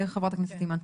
חברת הכנסת אימאן,